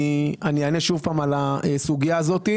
אני אענה שוב על הסוגייה הזאת.